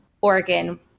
Oregon